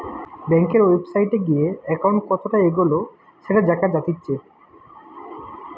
বেংকের ওয়েবসাইটে গিয়ে একাউন্ট কতটা এগোলো সেটা দেখা জাতিচ্চে